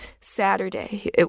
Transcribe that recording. Saturday